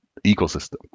ecosystem